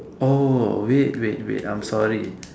oh wait wait wait I'm sorry